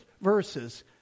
verses